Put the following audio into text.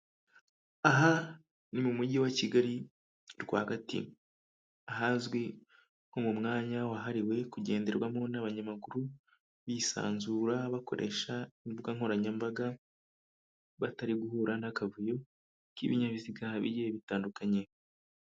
Aha ni mu mujyi wa kigali rwagati ahazwi nko mu mwanya wahariwe kugenderwamo n'abanyamaguru bisanzura bakoresha imbuga nkoranyambaga batari guhura n'akavuyo k'ibinyabiziga bigiye bitandukanye.